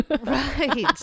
Right